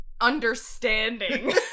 understanding